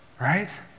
right